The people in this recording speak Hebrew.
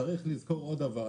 צריך לזכור עוד דבר,